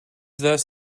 thus